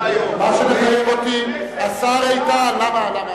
הכנסת יכולה, השר איתן, למה?